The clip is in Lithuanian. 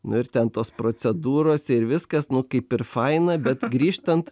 nu ir ten tos procedūros ir viskas nu kaip ir faina bet grįžtant